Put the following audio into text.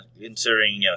considering